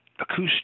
acoustic